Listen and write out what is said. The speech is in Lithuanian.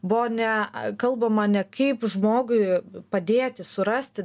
buvo ne kalbama ne kaip žmogui padėti surasti